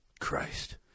Christ